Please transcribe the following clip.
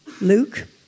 Luke